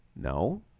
No